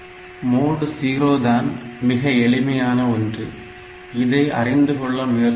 mode 0 தான் மிக எளிமையான ஒன்று இதை அறிந்து கொள்ள முயற்சிப்போம்